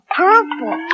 purple